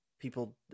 people